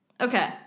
Okay